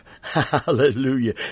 Hallelujah